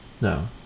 No